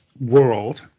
world –